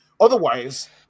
otherwise